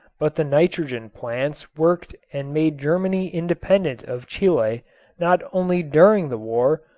but the nitrogen plants worked and made germany independent of chile not only during the war,